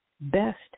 best